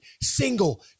single